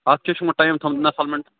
اتھ کیٛاہ چھُو یِمو ٹایِم تھوٚومُت اِنسٹالمیٚنٛٹ